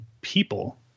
people